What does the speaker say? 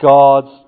God's